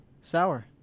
sour